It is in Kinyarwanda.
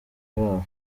babo